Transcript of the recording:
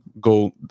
go